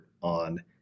on